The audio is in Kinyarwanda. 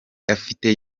afite